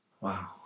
Wow